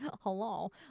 Hello